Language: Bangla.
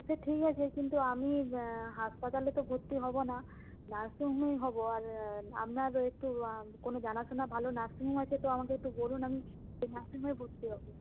সে ঠিক আছে কিন্তু আমি হাসপাতালে তো ভর্তি হব না নার্সিং হোমেই হব আর আপনার একটু কোনো জানাশোনা ভালো নার্সিং হোম আছে তো আমাকে একটু বলুন আমি সেই নার্সিং হোমে ভর্তি হব